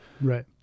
Right